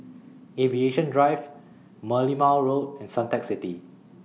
Aviation Drive Merlimau Road and Suntec City